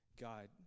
God